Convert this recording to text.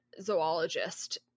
zoologist